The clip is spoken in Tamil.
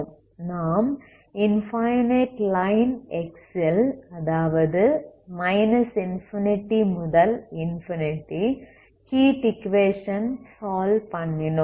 நாம் இன்ஃபனைட் லைன் x ல் அதாவது மைனஸ் இன்ஃபினிட்டி முதல் இன்ஃபினிட்டி ஹீட் ஈக்குவேஷன் சால்வ் பண்ணினோம்